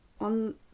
on